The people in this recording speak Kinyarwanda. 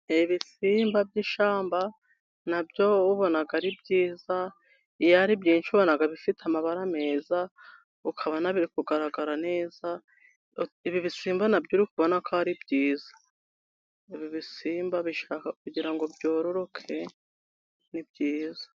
Ibisimba by'ishyamba na byo ubonaga ari byiza, iyo ari byinshi ubona bifite amabara meza ukabona biri kugaragara neza, ibi bisimbana byo uri kubona ko ari byiza. Ibi ibisimba bishaka kugira ngo byororoke, ni byiza.